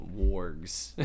wargs